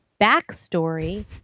backstory